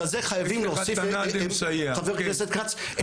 חבר כנסת כץ,